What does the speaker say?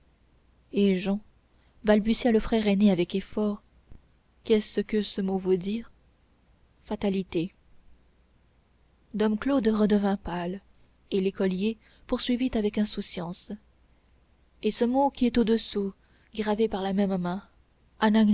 eh jehan balbutia le frère aîné avec effort qu'est-ce que ce mot veut dire fatalité dom claude redevint pâle et l'écolier poursuivit avec insouciance et ce mot qui est au-dessous gravé par la même main